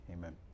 Amen